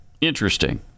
Interesting